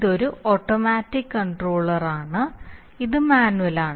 ഇതൊരു ഓട്ടോമാറ്റിക് കണ്ട്രോളറാണ് ഇത് മാനുവലാണ്